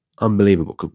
unbelievable